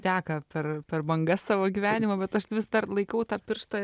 teka per per bangas savo gyvenimo bet aš vis dar laikau tą pirštą